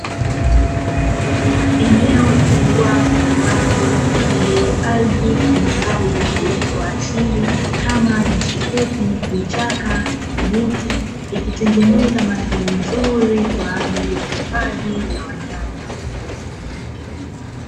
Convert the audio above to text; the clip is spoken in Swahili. Eneo kubwa la wazi kwenye ardhi tambarare na uoto wa asili kama nyasi fupi, vichaka na miti, ikitengeneza mandhari nzuri kwa ajili ya hifadhi ya wanyama.